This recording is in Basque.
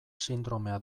sindromea